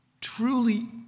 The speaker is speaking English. truly